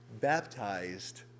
baptized